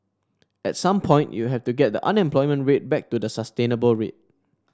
at some point you have to get the unemployment rate back to the sustainable rate